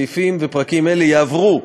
סעיפים ופרקים אלה יעברו,